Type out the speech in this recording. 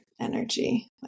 energy